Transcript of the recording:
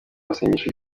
masengesho